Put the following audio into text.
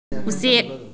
ꯎꯆꯦꯛ